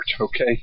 okay